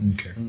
Okay